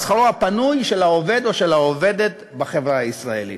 שכרם הפנוי של העובד או של העובדת בחברה הישראלית.